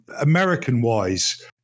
American-wise